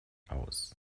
aus